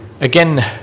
again